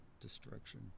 destruction